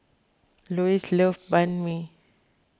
Lois loves Banh Mi